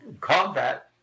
combat